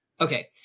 okay